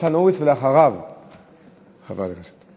ניצן הורוביץ, ואחריו חברת הכנסת.